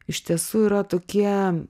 iš tiesų yra tokie